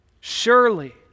surely